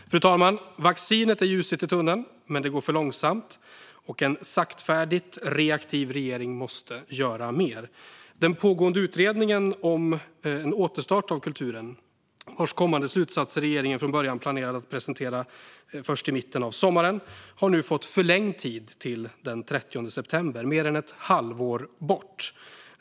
Fru talman! Vaccinet är ljuset i tunneln, men det går för långsamt. En saktfärdigt reaktiv regering måste göra mer. Den pågående utredningen om en återstart av kulturen, vars slutsatser regeringen från början planerade att presentera först i mitten av sommaren, har nu fått förlängd tid till den 30 september - mer än ett halvår bort.